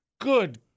Good